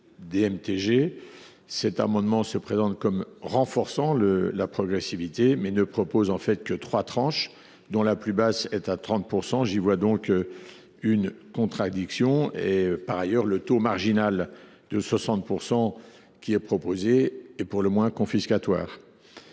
comme un moyen de renforcer la progressivité, mais ne prévoit en fait que trois tranches, dont la plus basse est à 30 %. J’y vois donc une contradiction. Par ailleurs, le taux marginal de 60 % qui est proposé est pour le moins confiscatoire.